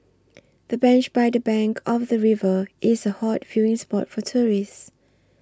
the bench by the bank of the river is a hot viewing spot for tourists